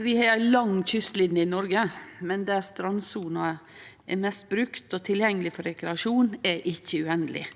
Vi har ei lang kystlinje i Noreg, men der strandsona er mest brukt og tilgjengeleg for rekreasjon, er ho ikkje uendeleg.